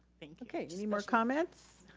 okay, any more comments?